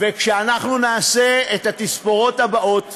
וכשאנחנו נעשה את התספורות הבאות,